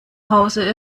hause